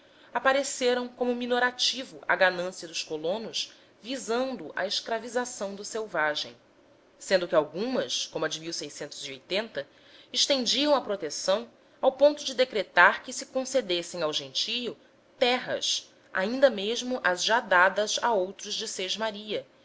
apareceram como minorativo à ganância dos colonos visando a escravização do selvagem sendo que algumas como a de estendiam a proteção ao ponto de decretar que se concedessem ao gentio terras ainda mesmo as já dadas a outros de